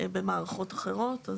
במערכות אחרות.